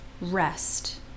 Rest